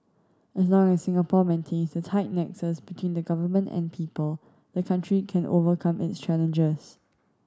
as long as Singapore maintains the tight nexus between the Government and people the country can overcome its challenges